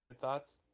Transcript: Thoughts